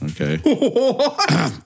Okay